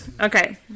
Okay